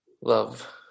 Love